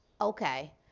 okay